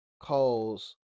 Calls